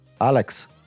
Alex